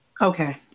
Okay